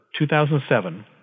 2007